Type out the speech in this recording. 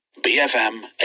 BFM